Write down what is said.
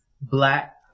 black